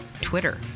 Twitter